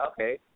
okay